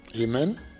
Amen